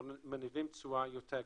אבל מניבים תשואה יותר גבוהה.